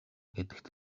гэдэгт